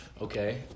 okay